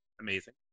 amazing